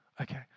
Okay